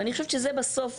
ואני חושבת שזה בסוף